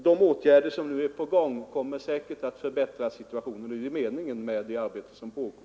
De åtgärder som nu är på gång kommer säkerligen att förbättra situationen, och det är naturligtvis meningen med det arbete som pågår.